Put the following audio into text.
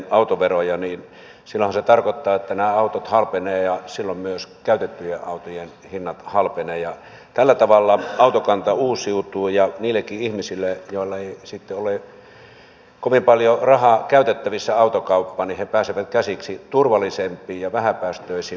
silloinhan se tarkoittaa että nämä autot halpenevat ja silloin myös käytettyjen autojen hinnat halpenevat ja tällä tavalla autokanta uusiutuu ja nekin ihmiset joilla ei sitten ole kovin paljon rahaa käytettävissä autokauppaan pääsevät käsiksi turvallisempiin ja vähäpäästöisempiin autoihin